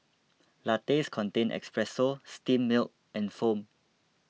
lattes contain espresso steamed milk and foam